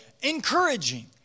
encouraging